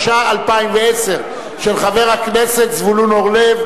של חברת הכנסת אורלי לוי